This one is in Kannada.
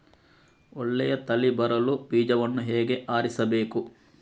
ಒಳ್ಳೆಯ ತಳಿ ಬರಲು ಬೀಜವನ್ನು ಹೇಗೆ ಆರಿಸಬೇಕು?